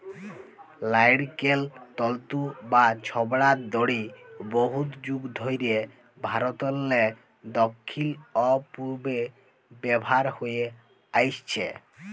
লাইড়কেল তল্তু বা ছবড়ার দড়ি বহুত যুগ ধইরে ভারতেরলে দখ্খিল অ পূবে ব্যাভার হঁয়ে আইসছে